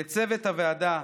לצוות הוועדה,